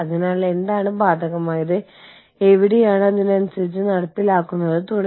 അതിനാൽ എല്ലാവരുടെയും താൽപ്പര്യങ്ങൾ കണക്കിലെടുക്കേണ്ടതുണ്ട്